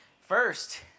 First